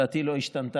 דעתי לא השתנתה,